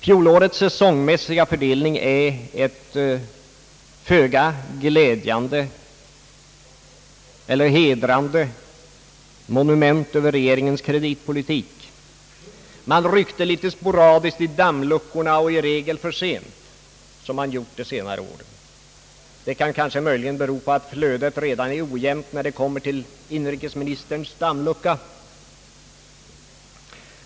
Fjolårets säsongmässiga fördelning är ett föga hedrande monument över regeringens kreditpolitik. Man ryckte litet sporadiskt i dammluckorna och i regel för sent, på samma sätt som man gjort under de senare åren. Det kan måhända bero på att flödet redan är ojämnt när det kommer till inrikesministerns dammlucka.